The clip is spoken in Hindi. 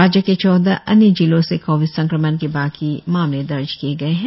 राज्य के चौदह अन्य जिलो से कोविड संक्रमण के बाकी मामले दर्ज किए गए है